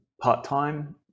part-time